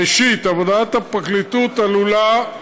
ראשית, עבודת הפרקליטות עלולה,